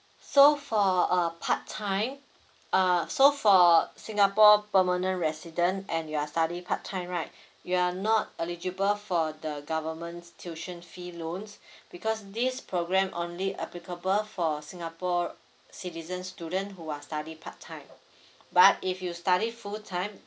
so for uh part time uh so for singapore permanent resident and you are study part time right you are not eligible for the government's tuition fee loans because this programme only applicable for singapore citizen student who are study part time but if you study full time